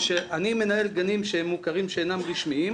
שאני מנהל גנים שהם מוכרים שאינם רשמיים,